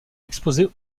exposés